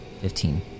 Fifteen